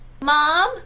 Mom